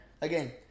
again